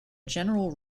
general